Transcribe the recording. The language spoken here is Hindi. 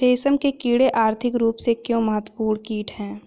रेशम के कीड़े आर्थिक रूप से क्यों महत्वपूर्ण कीट हैं?